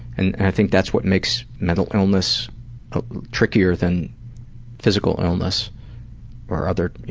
and i think that's what makes mental illness trickier than physical illness or other, you